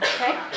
okay